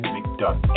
McDuck